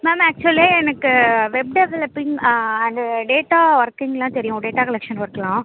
ma'am actually எனக்கு web developing and data ஒர்கிங்லாம் தெரியும் டேட்டா கலெக்ஷன் ஒர்க்லாம்